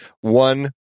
One